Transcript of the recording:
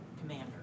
commander